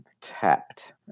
tapped